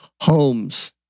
Homes